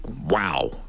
wow